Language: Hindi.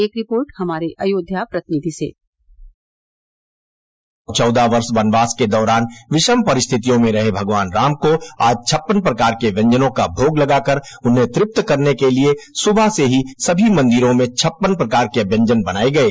एक रिपोर्ट हमार अयोध्या प्रतिनिधि चौदह वर्ष वनवास के दौरान विषम परिस्थियों में रहे भगवान राम को आज छप्पन प्रकार के व्यंजनों का भोग लगाकर उन्हें तृप्त करने के लिए सुबह से ही सनी मंदिरों में छप्पन प्रकार के व्यंजन बनाये